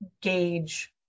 gauge